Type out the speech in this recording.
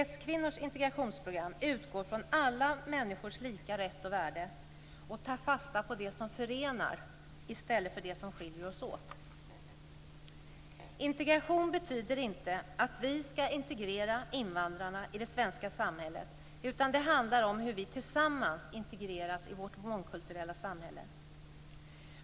S-kvinnors integrationsprogram utgår från alla människors lika rätt och värde och tar fasta på det som förenar i stället för det som skiljer oss åt. Integration betyder inte att vi ska integrera invandrarna i det svenska samhället, utan det handlar om hur vi tillsammans integreras i vårt mångkulturella samhälle.